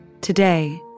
Today